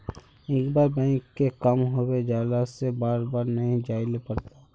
एक बार बैंक के काम होबे जाला से बार बार नहीं जाइले पड़ता?